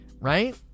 right